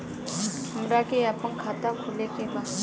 हमरा के अपना खाता खोले के बा?